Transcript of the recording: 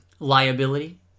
Liability